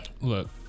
Look